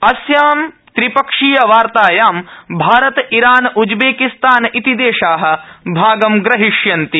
अस्यां त्रिपक्षीयवार्तायां Bharat Iran Uzbekistan इति देशा भागं ग्रहीष्यन्ति